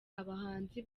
abahanzi